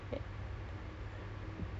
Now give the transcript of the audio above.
she say like word for word macam gitu